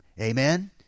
Amen